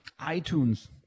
iTunes